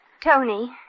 Tony